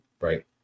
right